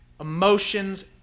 emotions